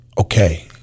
Okay